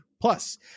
Plus